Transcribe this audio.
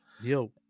Yo